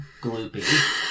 gloopy